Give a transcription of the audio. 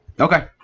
Okay